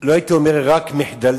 לא הייתי אומר רק מחדלים,